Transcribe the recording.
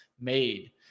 made